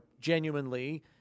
genuinely